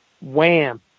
Wham